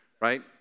right